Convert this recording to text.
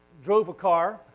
drove a car,